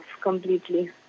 completely